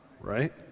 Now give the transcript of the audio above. right